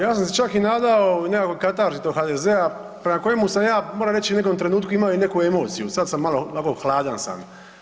Ja sam se čak i nadao nekakvoj katarzi tog HDZ-a prema kojemu sam ja moram reći u nekom trenutku imao i neku emociju, sad sam malo, onako hladan sam.